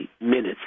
minutes